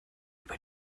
über